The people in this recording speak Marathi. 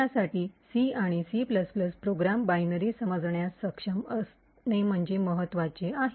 आमच्यासाठी C आणि C प्रोग्राम बायनरी समजण्यास सक्षम असणे महत्वाचे आहे